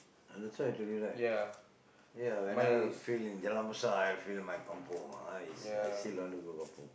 that's why I told you right whenever feel in Jalan-Besar I have feel in my kampung I I still want to go kampung